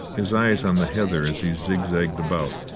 his eyes on the heather as he zigzagged about,